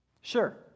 Sure